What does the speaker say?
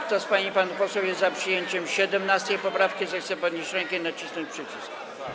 Kto z pań i panów posłów jest za przyjęciem 17. poprawki, zechce podnieść rękę i nacisnąć przycisk.